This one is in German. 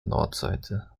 nordseite